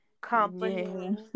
company